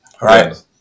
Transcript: right